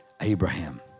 Abraham